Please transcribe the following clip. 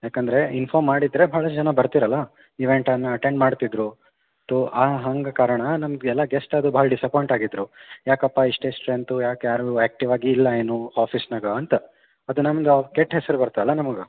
ಏಕಂದ್ರೆ ಇನ್ಫೋರ್ಮ್ ಮಾಡಿದ್ದರೆ ಭಾಳ ಜನ ಬರ್ತೀರಲ್ವ ಈವೆಂಟನ್ನು ಅಟೆಂಡ್ ಮಾಡ್ತಿದ್ದರು ತೊ ಆ ಹಂಗೆ ಕಾರಣ ನಮ್ಗೆ ಎಲ್ಲ ಗೆಸ್ಟ್ ಅದು ಭಾಳ ಡಿಸಪಾಯಿಂಟ್ ಆಗಿದ್ದರು ಯಾಕಪ್ಪ ಇಷ್ಟೇ ಸ್ಟ್ರೆಂತು ಯಾಕೆ ಯಾರೂ ಆಕ್ಟಿವಾಗಿಲ್ಲ ಏನು ಆಫೀಸ್ನಾಗೆ ಅಂತ ಅದು ನಮ್ಗೆ ಅವ್ಗ ಕೆಟ್ಟ ಹೆಸರು ಬರುತ್ತಲ್ಲ ನಮ್ಗೆ